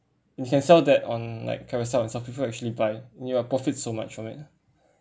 you can sell that on like carousell and some people actually buy you are profits so much from it